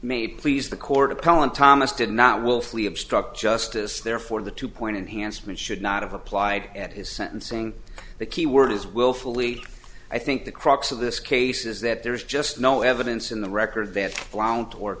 may please the court appellant thomas did not willfully obstruct justice therefore the two point enhanced mean should not have applied at his sentencing the key word is willfully i think the crux of this case is that there is just no evidence in the record that blount or